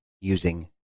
using